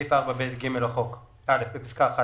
בסעיף 4ב(ג) לחוק בפסקה (1),